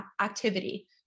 activity